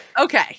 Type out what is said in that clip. okay